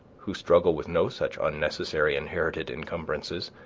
who struggle with no such unnecessary inherited encumbrances,